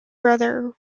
brother